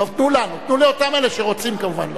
טוב, תנו לנו, תנו לאותם אלה שרוצים, כמובן.